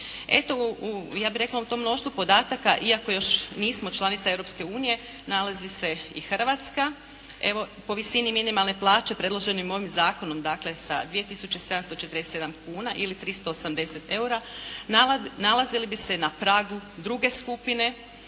Eto ja bih rekla u tom mnoštvu podataka, iako još nismo članica Europske unije, nalazi se i Hrvatska. Evo po visini minimalne plaće predloženim ovim zakonom dakle sa 2.747,00 kuna ili 380 eura nalazili bi se na pragu druge skupine,